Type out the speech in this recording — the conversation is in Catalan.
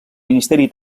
ministeri